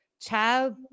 child